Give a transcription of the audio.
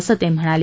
असं ते म्हणाले